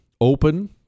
open